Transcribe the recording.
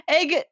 egg